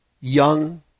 young